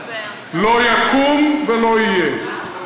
לא יקום ולא יהיה.